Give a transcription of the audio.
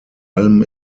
allem